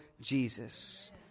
Jesus